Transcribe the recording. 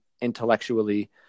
intellectually